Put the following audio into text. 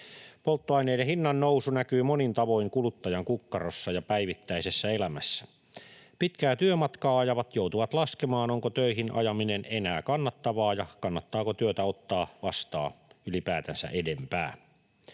Polttoaineiden hinnannousu näkyy monin tavoin kuluttajan kukkarossa ja päivittäisessä elämässä. Pitkää työmatkaa ajavat joutuvat laskemaan, onko töihin ajaminen enää kannattavaa ja kannattaako työtä ottaa vastaan ylipäätään enempää.